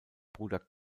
bruder